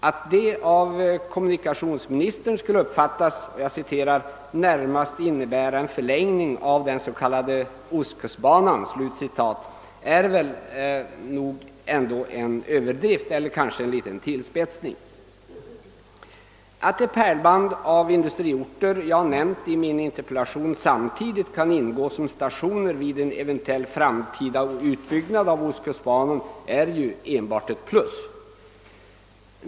Att det av kommunikationsministern skulle uppfattas som »närmast innebära en förlängning av den s.k. ostkustbanan» är väl en överdrift eller kanske en liten tillspetsning. Om det pärlband av industriorter jag nämnt i min interpellation samtidigt kan ingå som stationer vid en eventuell framtida utbyggnad av ostkustbanan är ju detta enbart ett plus.